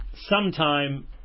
sometime